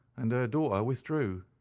and her daughter withdrew.